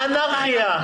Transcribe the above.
אנרכיה.